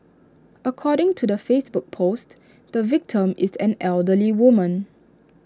according to the Facebook post the victim is an elderly woman